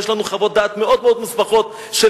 ויש לנו חוות דעת מאוד מאוד מוסמכות של